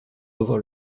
revoir